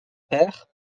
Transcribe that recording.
père